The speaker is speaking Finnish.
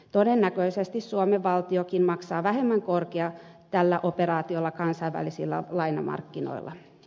todennäköisesti suomen valtiokin maksaa vähemmän korkoa tällä operaatiolla kansainvälisillä lainamarkkinoilla